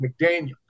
McDaniel